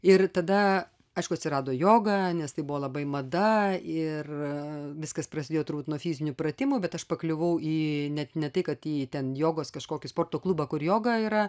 ir tada aišku atsirado joga nes tai buvo labai mada ir viskas prasidėjo turbūt nuo fizinių pratimų bet aš pakliuvau į net ne tai kad ji ten jogos kažkokį sporto klubą kur joga yra